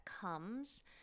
comes